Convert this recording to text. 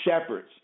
shepherds